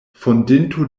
fondinto